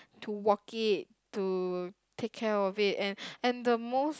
to walk it to take care of it and and the most